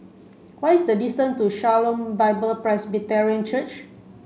what is the distance to Shalom Bible Presbyterian Church